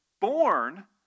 born